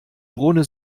drohne